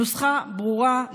הנוסחה ברורה,